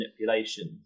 manipulations